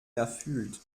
erfüllt